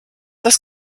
das